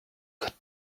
got